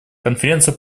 конференция